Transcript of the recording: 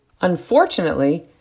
Unfortunately